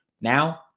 now